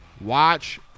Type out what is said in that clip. watch